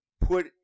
put